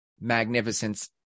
magnificence